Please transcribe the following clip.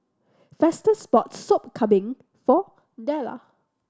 Festus bought Sop Kambing for Della